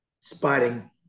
spotting